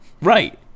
Right